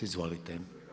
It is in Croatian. Izvolite.